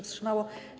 wstrzymało.